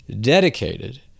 dedicated